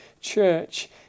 church